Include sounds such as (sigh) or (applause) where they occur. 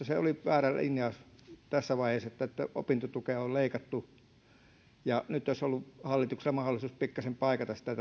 (unintelligible) se oli väärä linjaus tässä vaiheessa että opintotukea on leikattu nyt olisi ollut hallituksella mahdollisuus pikkasen paikata sitä (unintelligible)